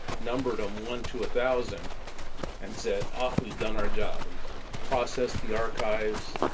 numbered them one to a thousand and said ah, we've done our job, we've processed the archives